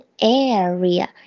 area